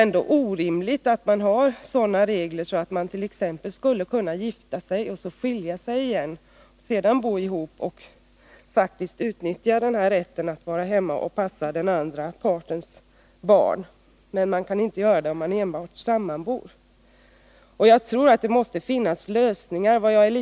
Men det är orimligt att ha regler som innebär att man t.ex. skulle kunna gifta sig, skilja sig och sedan bo ihop och faktiskt kunna utnyttja rätten att vara hemma och passa den andra partens barn. Det kan man däremot inte göra när man enbart sammanbor. Jag tror att det finns lösningar på detta problem.